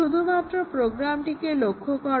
শুধুমাত্র প্রোগ্রামটিকে লক্ষ্য করো